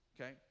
Okay